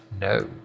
No